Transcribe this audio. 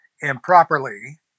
improperly